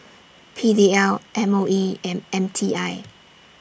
P D L M O E and M T I